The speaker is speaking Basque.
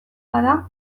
bada